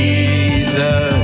Jesus